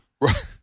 Right